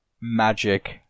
magic